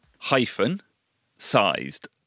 Hyphen-sized